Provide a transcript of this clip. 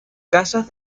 casas